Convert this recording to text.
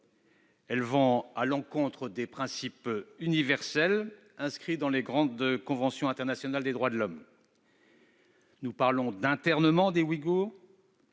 Elles vont à l'encontre des principes universels inscrits dans les grandes conventions internationales des droits de l'homme. Il est question d'internement des Ouïghours,